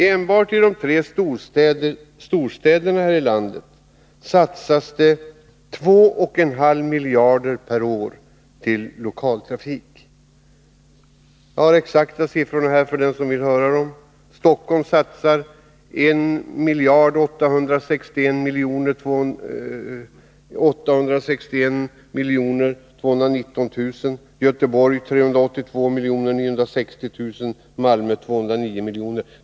Enbart i de tre storstäderna här i landet satsas det 2,5 miljarder per år på lokaltrafik. Jag har de exakta siffrorna här för den som vill höra dem. I Stockholm satsas det 1 861 219 000 kr., i Göteborg 382 960 000 och i Malmö 209 000 000 kr.